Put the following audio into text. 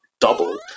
double